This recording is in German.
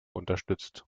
unterstützt